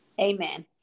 amen